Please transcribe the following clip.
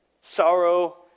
Sorrow